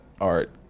art